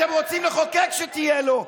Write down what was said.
אתם רוצים לחוקק שתהיה לו,